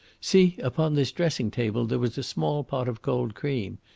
see! upon this dressing-table there was a small pot of cold cream.